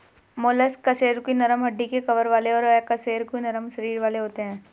mollusc कशेरुकी नरम हड्डी के कवर वाले और अकशेरुकी नरम शरीर वाले होते हैं